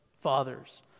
fathers